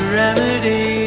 remedy